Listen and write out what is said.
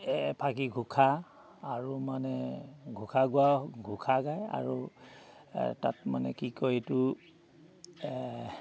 এফাকি ঘোষা আৰু মানে ঘোষা গোৱা ঘোষা গায় আৰু তাত মানে কি কয় এইটো